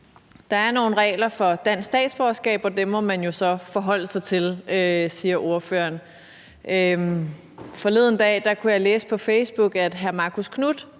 Der er nogle regler for dansk statsborgerskab, og dem må man jo så forholde sig til, siger ordføreren. Forleden dag kunne jeg læse på Facebook, at hr. Marcus Knuth